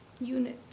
unit